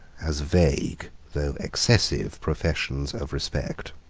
as vague though excessive professions of respect.